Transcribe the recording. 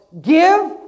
give